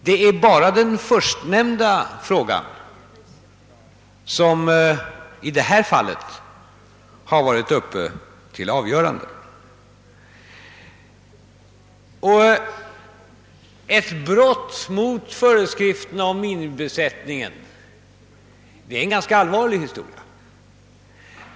Det är endast den förstnämnda frågan som har varit uppe till avgörande. Ett brott mot föreskrifterna om minimibesättning är en ganska allvarlig historia.